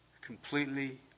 Completely